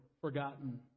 forgotten